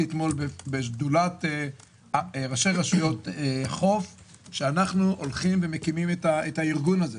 אתמול בשדולת ראשי רשויות החוף שאנחנו מקימים את הארגון הזה.